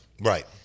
Right